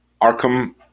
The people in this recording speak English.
Arkham